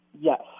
Yes